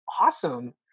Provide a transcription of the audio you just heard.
awesome